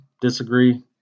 disagree